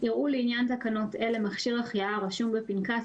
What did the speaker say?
יראו לעניין תקנות אלה מכשיר החייאה הרשום בפנקס